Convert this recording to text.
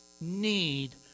need